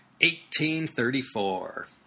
1834